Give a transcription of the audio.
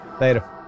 Later